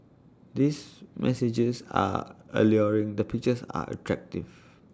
the messages are alluring the pictures are attractive